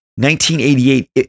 1988